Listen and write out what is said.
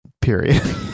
period